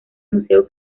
museo